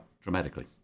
dramatically